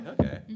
Okay